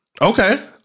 Okay